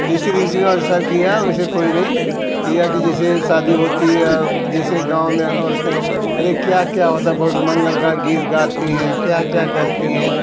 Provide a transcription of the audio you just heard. जैसे रीति रिवाज सब किया वैसे कोई नहीं किया कि जैसे शादी होती है या जैसे गाँव में औरतें अरे क्या क्या होता बहुत मंगल गा गीत गाती हैं क्या क्या करती हैं